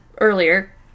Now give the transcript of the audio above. earlier